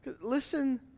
Listen